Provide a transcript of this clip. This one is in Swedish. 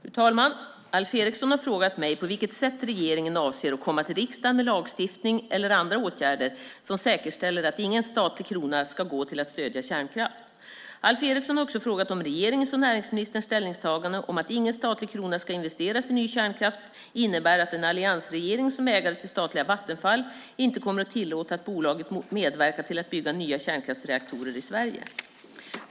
Fru talman! Alf Eriksson har frågat mig på vilket sätt regeringen avser att komma till riksdagen med lagstiftning eller andra åtgärder som säkerställer att ingen statlig krona ska gå till att stödja kärnkraft. Alf Eriksson har också frågat om regeringens och näringsministerns ställningstagande om att ingen statlig krona ska investeras i ny kärnkraft innebär att en alliansregering som ägare till statliga Vattenfall inte kommer att tillåta att bolaget medverkar till att bygga nya kärnkraftsreaktorer i Sverige.